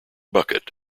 bucket